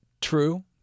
True